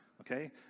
okay